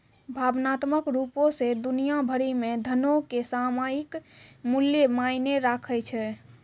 भावनात्मक रुपो से दुनिया भरि मे धनो के सामयिक मूल्य मायने राखै छै